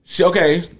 okay